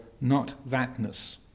not-thatness